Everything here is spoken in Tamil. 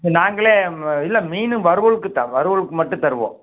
இது நாங்களே இல்லை மீன் வறுவலுக்கு தான் வறுவலுக்கு மட்டும் தருவோம்